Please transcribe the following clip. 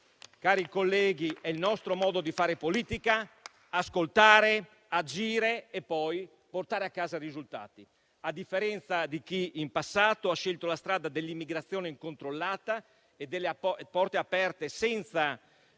cari colleghi, è il nostro modo di fare politica: ascoltare, agire e poi portare a casa risultati. A differenza di chi, in passato, ha scelto la strada dell'immigrazione incontrollata e delle porte aperte senza